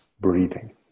breathing